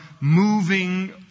moving